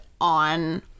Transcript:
on